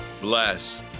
bless